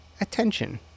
attention